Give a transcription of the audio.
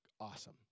Awesome